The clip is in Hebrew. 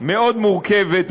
מאוד מורכבת,